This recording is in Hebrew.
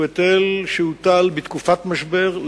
שהוא היטל שהוטל בתקופת משבר,